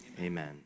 amen